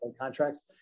contracts